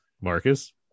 Marcus